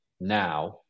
now